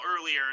earlier